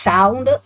Sound